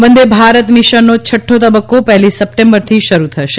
વંદે ભારત મિશનનો છઠ્ઠો તબક્કો પહેલી સપ્ટેમ્બરથી શરૂ થશે